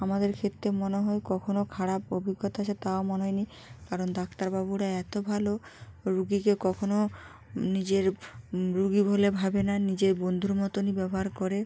আমাদের ক্ষেত্রে মনে হয় কখনও খারাপ অভিজ্ঞতা হয়েছে তাও মনে হয়নি কারণ ডাক্তারবাবুরা এত ভালো রোগীকে কখনও নিজের রোগী বলে ভাবে না নিজের বন্ধুর মতনই ব্যবহার করে